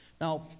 Now